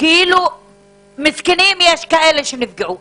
כאילו מסכנים, יש כאלה שנפגעו.